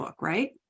right